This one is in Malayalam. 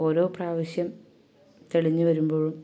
ഓരോ പ്രാവശ്യം തെളിഞ്ഞു വരുമ്പോഴും